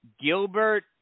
Gilbert